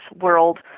world